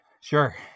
Sure